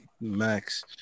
Max